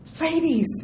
Ladies